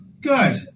Good